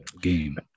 game